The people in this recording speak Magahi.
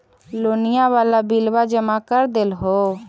लोनिया वाला बिलवा जामा कर देलहो?